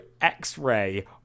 x-ray